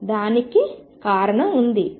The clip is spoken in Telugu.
దానికి కారణం ఉంది